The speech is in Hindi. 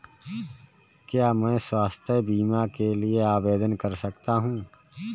क्या मैं स्वास्थ्य बीमा के लिए आवेदन कर सकता हूँ?